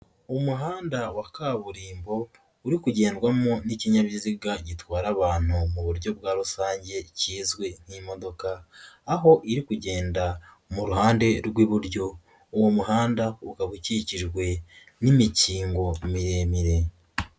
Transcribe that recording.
Umuhanda wa kaburimbo uri kugendwamo n'ikinyabiziga gitwara abantu mu buryo bwa rusange kizwi nk'imodoka, aho iri kugenda mu ruhande rw'iburyo uwo muhanda ukaba ukikijwe n'imikingo miremire.